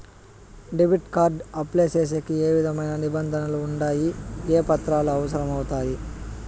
Debit card apply సేసేకి ఏ విధమైన నిబంధనలు ఉండాయి? ఏ పత్రాలు అవసరం అవుతాయి?